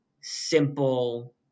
simple